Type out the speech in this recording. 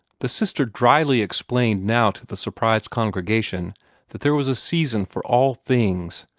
the sister dryly explained now to the surprised congregation that there was a season for all things,